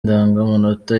indangamanota